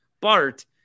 Bart